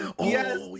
yes